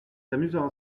amusant